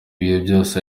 byose